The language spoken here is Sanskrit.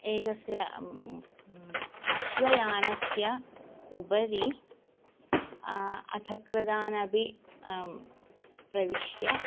एकस्य अश्वयानस्य उपरि अधिकृतानपि प्रविश्य